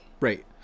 Right